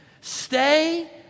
Stay